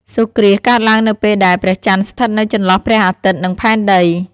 សូរ្យគ្រាសកើតឡើងនៅពេលដែល ព្រះចន្ទស្ថិតនៅចន្លោះព្រះអាទិត្យ និងផែនដី ។